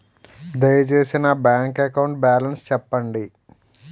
దయచేసి నా bank account balance చెప్పండి